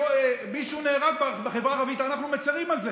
כשמישהו נהרג בחברה הערבית, אנחנו מצירים על זה,